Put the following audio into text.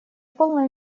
полной